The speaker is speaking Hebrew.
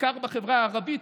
בעיקר בחברה הערבית,